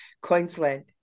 Queensland